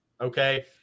Okay